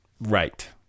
Right